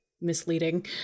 misleading